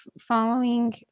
following